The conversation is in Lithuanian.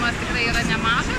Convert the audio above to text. skirtumas tikrai yra nemažas